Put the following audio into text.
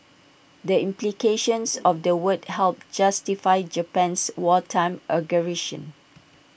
the implications of the word helped justify Japan's wartime aggression